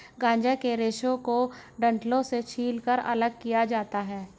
गांजा के रेशे को डंठलों से छीलकर अलग किया जाता है